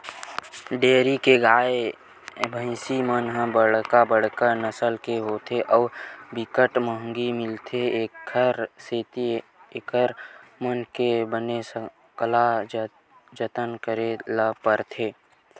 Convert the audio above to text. dairy के गाय, भइसी मन ह बड़का बड़का नसल के होथे अउ बिकट महंगी मिलथे, एखर सेती एकर मन के बने सकला जतन करे ल परथे